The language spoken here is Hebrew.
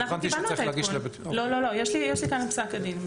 אנחנו קיבלנו את העדכון, יש לי כאן את פסק הדין.